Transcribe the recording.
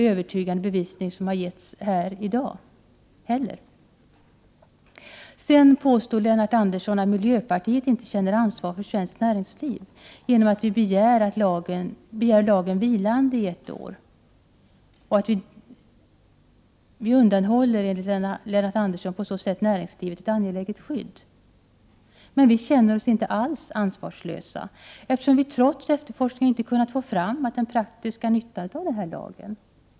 Man har inte heller i dag lämnat någon övertygande bevisning. Lennart Andersson påstår att miljöpartiet inte känner ansvar för svenskt näringsliv, eftersom vi begär att lagen skall vara vilande under ett år. På så sätt undanhåller vi enligt Lennart Andersson näringslivet ett angeläget skydd. Vi känner oss inte alls ansvarslösa. Vi har trots efterforskning inte kunnat få fram någon praktisk nytta med den här lagen.